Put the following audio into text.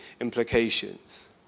implications